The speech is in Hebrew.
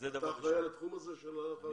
אתה אחראי על התחום הזה של החרדים?